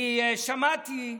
שמעתי,